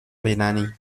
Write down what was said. rhénanie